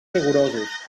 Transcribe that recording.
rigorosos